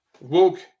woke